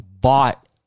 bought